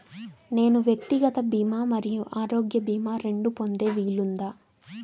నేను వ్యక్తిగత భీమా మరియు ఆరోగ్య భీమా రెండు పొందే వీలుందా?